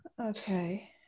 Okay